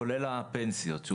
כולל הפנסיות.